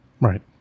right